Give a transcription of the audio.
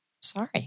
sorry